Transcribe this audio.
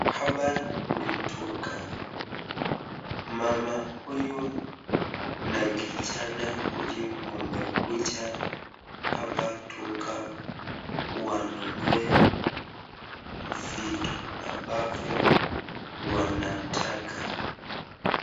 Hapa ni duka, mama huyu na kijana huyu wamekuja hapa duka wanunue vitu ambavyo wanataka.